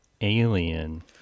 alien